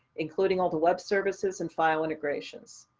including all the web services and file integrations.